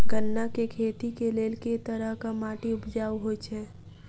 गन्ना केँ खेती केँ लेल केँ तरहक माटि उपजाउ होइ छै?